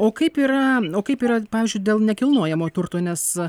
o kaip yra kaip yra pavyzdžiui dėl nekilnojamo turto nes